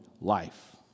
life